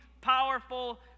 powerful